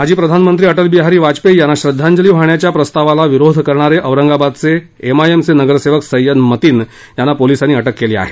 माजी पंतप्रधान अटलबिहारी वाजपेयी यांना श्रद्धांजली वाहण्याच्या प्रस्तावाला विरोध करणारे औरंगाबादचे एमआयएमचे नगरसेवक सैय्यद मतीन यांना पोलिसांनी अटक केली आहे